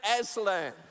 Aslan